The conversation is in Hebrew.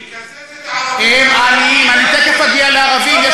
תקזז את הערבים, תכף אני אגיע לערבים.